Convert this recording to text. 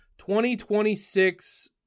2026